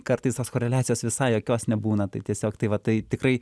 kartais tos koreliacijos visai jokios nebūna tai tiesiog tai va tai tikrai